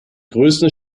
größten